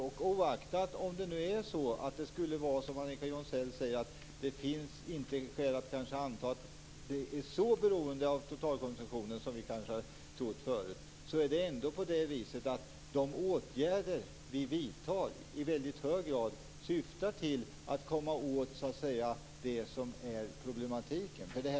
Oaktat om det nu skulle vara så som Annika Jonsell säger, att det inte finns skäl att anta att totalkonsumtionen har så stor betydelse som vi har trott förut, syftar ändå de åtgärder som vi vidtar i väldigt hög grad till att komma åt det som är problematiken.